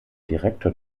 direktor